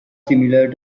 similar